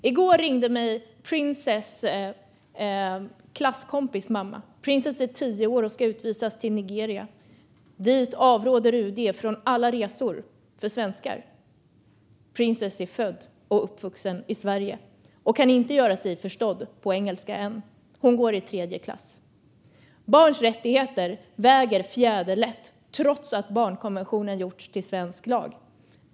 I går ringde mig Princess klasskompis mamma. Princess är tio år och ska utvisas till Nigeria. UD avråder från alla resor dit för svenskar. Princess är född och uppvuxen i Sverige och kan inte göra sig förstådd på engelska än. Hon går i tredje klass. Barns rättigheter väger fjäderlätt, trots att barnkonventionen gjorts till svensk lag.